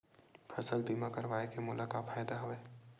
फसल बीमा करवाय के मोला का फ़ायदा हवय?